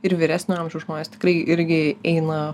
ir vyresnio amžiaus žmonės tikrai irgi eina